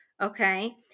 Okay